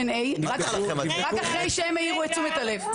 רק אחרי שהם העירו את תשומת הלב.